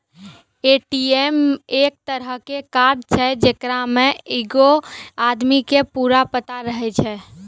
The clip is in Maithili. ए.टी.एम एक तरहो के कार्ड छै जेकरा मे एगो आदमी के पूरा पता रहै छै